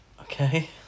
Okay